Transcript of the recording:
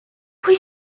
pwy